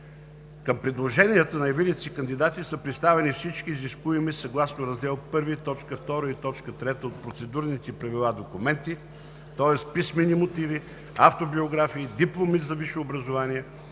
Към предложенията на явилите се кандидати са представени всички изискуеми съгласно Раздел I, т. 2 и т.3 от Процедурните правила документи: писмени мотиви, автобиографии, дипломи за висше образование,